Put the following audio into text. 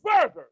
further